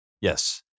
Yes